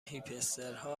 هیپسترها